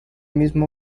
mismo